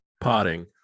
potting